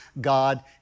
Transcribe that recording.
God